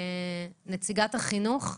נציגת החינוך?